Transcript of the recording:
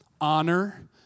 Honor